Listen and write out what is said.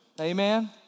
Amen